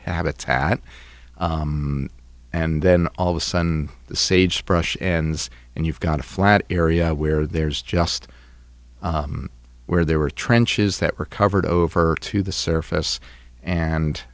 habitat and then all of a sudden the sagebrush and and you've got a flat area where there's just where there were trenches that were covered over to the surface and